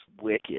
wicked